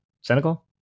Senegal